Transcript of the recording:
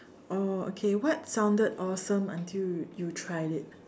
oh okay what sounded awesome until you you tried it